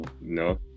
No